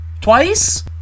Twice